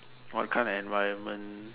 what kind of environment